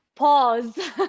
Pause